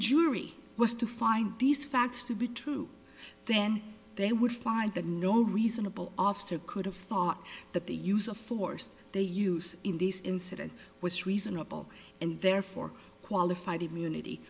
jury was to find these facts to be true then they would find that no reasonable officer could have thought that the use of force they use in this incident was reasonable and therefore qualified immunity